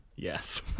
Yes